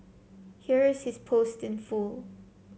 here is his post in full